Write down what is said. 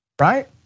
right